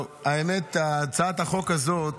טוב, האמת היא שהצעת החוק הזאת,